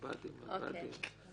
מב"דים, מב"דים.